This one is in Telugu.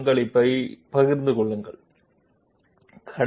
పాయింట్ల మధ్య డిఫరెంట్ కంట్రోల్ పాయింట్ల సహకారాన్ని పంచుకోండి